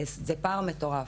זה פער מטורף.